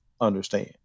understand